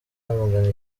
yamagana